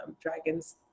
Dragons